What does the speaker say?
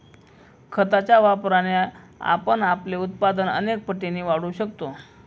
खताच्या वापराने आपण आपले उत्पादन अनेक पटींनी वाढवू शकतो